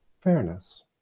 fairness